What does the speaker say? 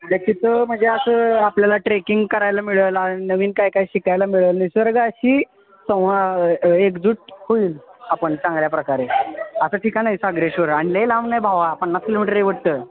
जे तिथं म्हणजे असं आपल्याला ट्रेकिंग करायला मिळेल आणि नवीन काय काय शिकायला मिळेल निसर्गाशी संवा एकजूट होईल आपण चांगल्या प्रकारे असं ठिकाण आहे सागरेश्वर आणि लय लांब नाही भावा पन्नास किलोमीटर आहे वाटतं